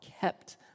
kept